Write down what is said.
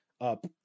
up